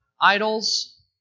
idols